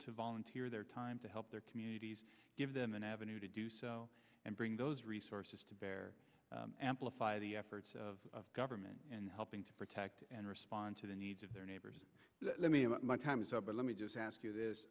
to volunteer their time to help their communities give them an avenue to do so and bring those resources to bear amplify the efforts of government and helping to protect and respond to the needs of their neighbors let me about my time is up but let me just ask you this